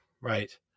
Right